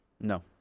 no